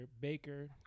Baker